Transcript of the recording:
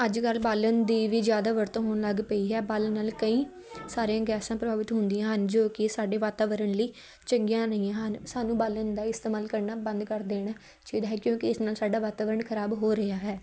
ਅੱਜ ਕੱਲ੍ਹ ਬਾਲਣ ਦੀ ਵੀ ਜ਼ਿਆਦਾ ਵਰਤੋਂ ਹੋਣ ਲੱਗ ਪਈ ਹੈ ਬਾਲਣ ਨਾਲ ਕਈ ਸਾਰੀਆਂ ਗੈਸਾਂ ਪ੍ਰਭਾਵਿਤ ਹੁੰਦੀਆਂ ਹਨ ਜੋ ਕਿ ਸਾਡੇ ਵਾਤਾਵਰਨ ਲਈ ਚੰਗੀਆਂ ਨਹੀਂ ਹਨ ਸਾਨੂੰ ਬਾਲਣ ਦਾ ਇਸਤੇਮਾਲ ਕਰਨਾ ਬੰਦ ਕਰ ਦੇਣ ਚਾਹੀਦਾ ਹੈ ਕਿਉਂਕਿ ਇਸ ਨਾਲ ਸਾਡਾ ਵਾਤਾਵਰਨ ਖ਼ਰਾਬ ਹੋ ਰਿਹਾ ਹੈ